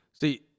See